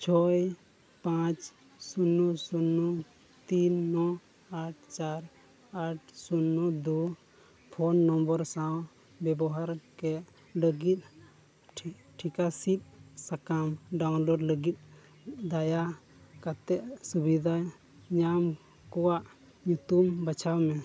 ᱪᱷᱚᱭ ᱯᱟᱸᱪ ᱥᱩᱱᱱᱚ ᱥᱩᱱᱱᱚ ᱛᱤᱱ ᱱᱚ ᱟᱴ ᱪᱟᱨ ᱟᱴ ᱥᱩᱱᱱᱚ ᱫᱩ ᱯᱷᱳᱱ ᱱᱚᱢᱵᱚᱨ ᱥᱟᱶ ᱵᱮᱵᱚᱦᱟᱨ ᱠᱮᱫ ᱞᱟᱹᱜᱤᱫ ᱴᱷᱤᱠᱟᱹ ᱥᱤᱫ ᱥᱟᱠᱟᱢ ᱰᱟᱣᱩᱱᱞᱳᱰ ᱞᱟᱹᱜᱤᱫ ᱫᱟᱭᱟ ᱠᱟᱛᱮᱫ ᱥᱩᱵᱤᱫᱷᱟ ᱧᱟᱢ ᱠᱚᱣᱟᱜ ᱧᱩᱛᱩᱢ ᱵᱟᱪᱷᱟᱣ ᱢᱮ